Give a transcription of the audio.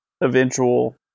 eventual